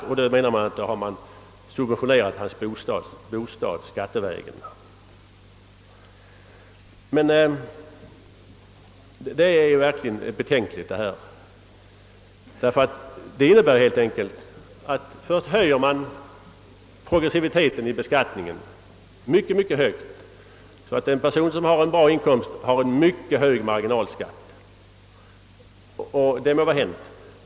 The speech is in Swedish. Därmed anser man att hans bostad har subventionerats skattevägen. Detta är verkligen ett betänkligt resonemang. Först höjer man alltså progressiviteten i beskattningen mycket högt, så att en person som har en bra inkomst har en mycket hög marginalskatt. Det må vara hänt.